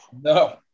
no